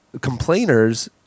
complainers